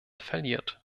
verliert